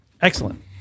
Excellent